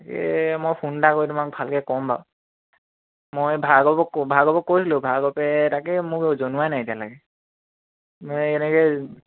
তাকে মই ফোন এটা কৰি তোমাক ভালকৈ ক'ম বাৰু মই ভাৰ্গৱক ভাৰ্গৱক কৈছিলোঁ ভাৰ্গৱে তাকে মোক জনোৱাই নাই এতিয়ালৈকে মই এনেকৈ